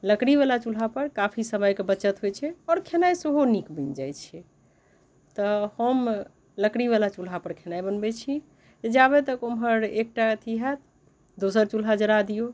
लकड़ीवला चूल्हापर काफी समयके बचत होइ छै आओर खेनाइ सेहो नीक बनि जाइ छै तऽ हम लकड़ीवला चूल्हापर खेनाइ बनबै छी जाबे तक ओमहर एकटा अथी हैत दोसर चूल्हा जरा दियौ